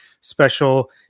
special